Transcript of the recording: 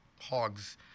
hogs